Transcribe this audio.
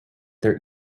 their